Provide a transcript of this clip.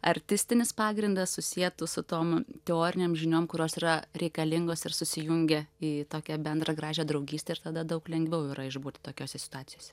artistinis pagrindas susietų su tom teorinėm žiniom kurios yra reikalingos ir susijungia į tokią bendrą gražią draugystę ir tada daug lengviau yra išbūti tokiose situacijose